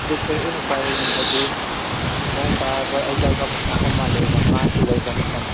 ꯑꯗꯨ ꯈꯣꯏ ꯑꯣꯏꯅ ꯄꯥꯏꯔꯅꯦꯕ ꯑꯗꯨ ꯅꯣꯡ ꯇꯥꯕ ꯑꯩ ꯖꯒꯥ ꯃꯐꯝ ꯑꯃ ꯂꯩꯕ ꯉꯥꯁꯨ ꯂꯩꯕ ꯃꯐꯝ